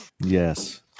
yes